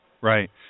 Right